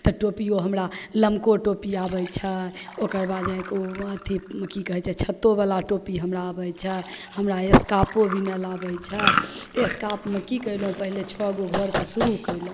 तऽ टोपिओ हमरा नवको टोपी आबै छै ओकरबाद जाके ओ अथी कि कहै छै छत्तोवला टोपी हमरा आबै छै हमरा एस्कार्फो बिनैले आबै छै एस्कार्फमे कि कएलहुँ पहिले छओगो घरसे शुरू कएलहुँ